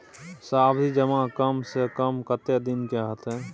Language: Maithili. सावधि जमा कम से कम कत्ते दिन के हते?